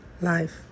Life